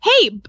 Hey